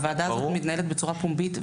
הוועדה הזאת מתנהלת בצורה פומבית.